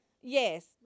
Yes